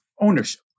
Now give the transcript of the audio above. ownership